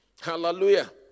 Hallelujah